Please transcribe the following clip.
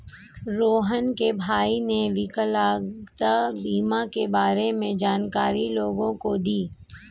रोहण के भाई ने विकलांगता बीमा के बारे में जानकारी लोगों को दी